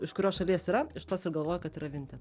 iš kurios šalies yra iš tos ir galvoja kad yra vinted